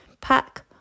pack